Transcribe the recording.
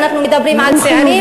אם אנחנו מדברים על צעירים,